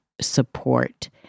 support